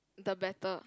the better